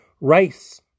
Rice